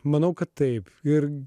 manau kad taip ir